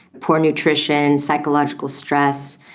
poor nutrition, psychological stress,